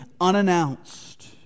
unannounced